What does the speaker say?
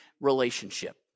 relationship